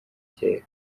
cyera